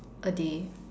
a day